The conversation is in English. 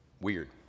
weird